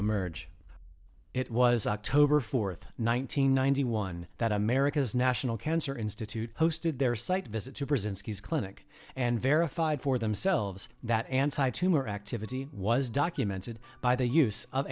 emerge it was october fourth one thousand nine hundred ninety one that america's national cancer institute hosted their site visit to present ski's clinic and verified for themselves that anti tumor activity was documented by the use of